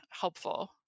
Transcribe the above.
helpful